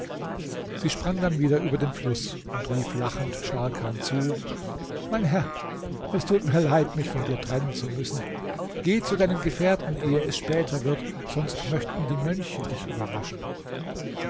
sie sprang dann wieder über den fluß und rief lachend scharkan zu mein herr es tut mir leid mich von dir trennen zu müssen geh zu deinen gefährten ehe es später wird sonst möchten die mönche dich überraschen